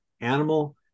animal